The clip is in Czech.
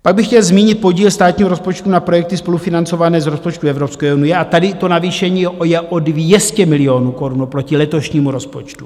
Pak bych chtěl zmínit podíl státního rozpočtu na projekty spolufinancované z rozpočtu Evropské unie a tady navýšení je o 200 milionů korun oproti letošnímu rozpočtu.